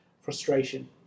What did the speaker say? frustration